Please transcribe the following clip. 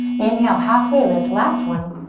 inhale, halfway lift, last one.